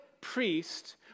priest